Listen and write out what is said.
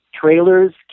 trailers